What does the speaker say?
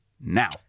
now